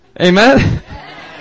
Amen